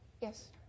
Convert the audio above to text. Yes